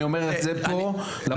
אני אומר את זה פה לפרוטוקול.